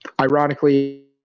ironically